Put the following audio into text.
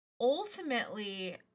ultimately